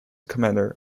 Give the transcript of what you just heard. commander